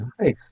nice